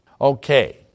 Okay